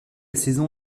saison